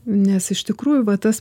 nes iš tikrųjų va tas